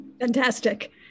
Fantastic